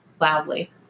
loudly